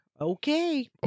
Okay